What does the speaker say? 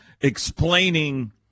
explaining